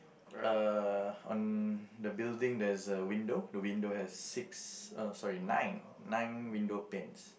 uh on the building there's a window the window has six uh sorry nine nine window panes